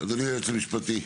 אדוני היועץ המשפטי.